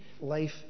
life